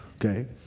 okay